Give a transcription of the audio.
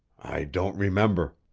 i don't remember.